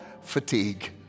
fatigue